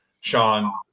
Sean